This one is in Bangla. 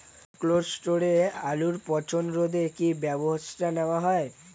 কোল্ড স্টোরে আলুর পচন রোধে কি ব্যবস্থা নেওয়া হয়?